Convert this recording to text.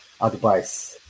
advice